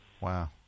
Wow